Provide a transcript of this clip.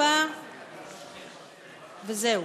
144. זהו.